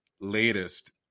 latest